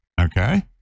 okay